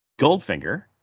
Goldfinger